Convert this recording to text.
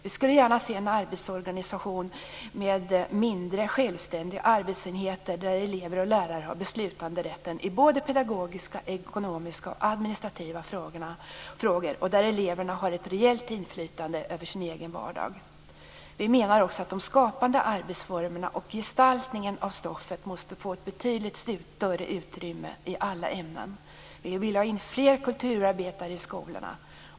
Vi skulle gärna se en arbetsorganisation med mindre och självständiga arbetsenheter där elever och lärare har beslutanderätten i pedagogiska, ekonomiska och administrativa frågor och där eleverna har ett reellt inflytande över sin egen vardag. Vi menar också att de skapande arbetsformerna och gestaltningen av stoffet måste få ett betydligt större utrymme i alla ämnen. Vi vill ha in fler kulturarbetare i skolorna.